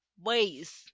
ways